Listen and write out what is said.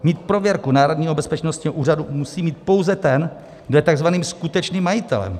Mít prověrku Národního bezpečnostního úřadu musí mít pouze ten, kdo je takzvaným skutečným majitelem.